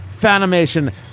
Fanimation